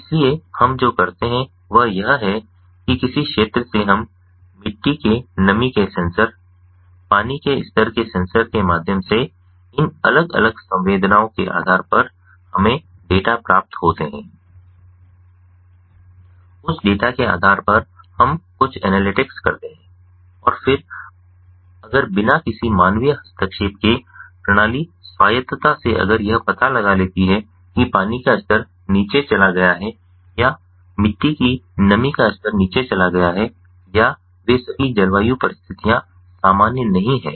इसलिए हम जो करते हैं वह यह है कि किसी क्षेत्र से हम मिट्टी के नमी के सेंसर पानी के स्तर के सेंसर के माध्यम से इन अलग अलग संवेदनाओं के आधार पर हमें डेटा प्राप्त होते हैं उस डेटा के आधार पर हम कुछ एनालिटिक्स करते हैं और फिर अगर बिना किसी मानवीय हस्तक्षेप के प्रणाली स्वायत्तता से अगर यह पता लगा लेती है कि पानी का स्तर नीचे चला गया है या मिट्टी की नमी का स्तर नीचे चला गया है या वे सभी जलवायु परिस्थितियाँ सामान्य नहीं हैं